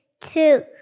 two